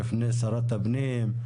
בפני שרת הפנים?